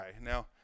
Now